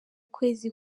kwezi